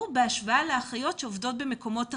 בהשוואה לאחיות שעובדות במקומות אחרים,